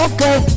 Okay